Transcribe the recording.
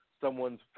someone's